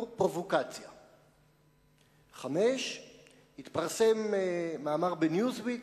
"פרובוקציה"; 5. התפרסם מאמר ב"ניוזוויק",